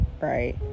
right